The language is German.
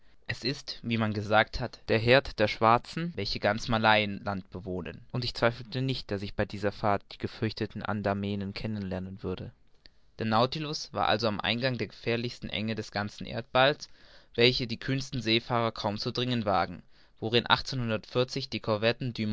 es ist wie man gesagt hat der heerd der schwarzen welche ganz malayenland bewohnen und ich zweifelte nicht daß ich bei dieser fahrt die gefürchteten andamenen kennen lernen würde der nautilus war also am eingang der gefährlichsten enge des ganzen erdballs in welche die kühnsten seefahrer kaum zu dringen wagen worin die